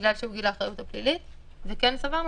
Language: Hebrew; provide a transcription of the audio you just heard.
אבל בקטן של זמן.